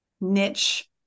niche